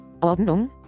Ordnung